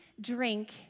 drink